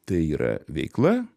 tai yra veikla